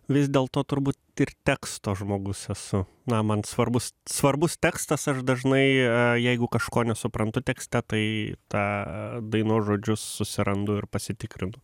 vis dėl to turbūt ir teksto žmogus esu na man svarbus svarbus tekstas aš dažnai jeigu kažko nesuprantu tekste tai tą dainos žodžius susirandu ir pasitikrinu